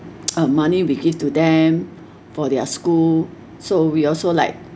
uh money we give to them for their school so we also like